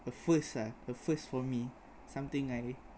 a first ah a first for me something I